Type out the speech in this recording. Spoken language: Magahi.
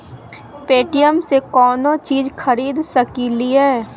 पे.टी.एम से कौनो चीज खरीद सकी लिय?